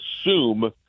assume –